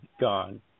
gone